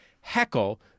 heckle